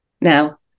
Now